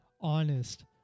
Honest